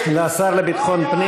מה היעד שלכם?